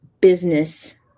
business